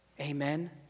Amen